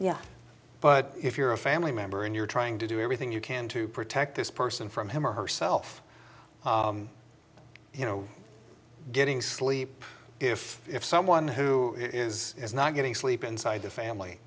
yeah but if you're a family member and you're trying to do everything you can to protect this person from him or herself you know getting sleep if if someone who is is not getting sleep inside the family